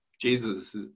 Jesus